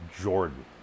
Jordan